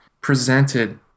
presented